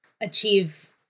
achieve